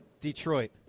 Detroit